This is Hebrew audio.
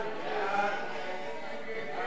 איפה שלי יחימוביץ?